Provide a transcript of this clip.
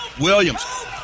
Williams